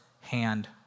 hand